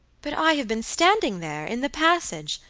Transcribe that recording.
but i have been standing there, in the passage,